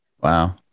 wow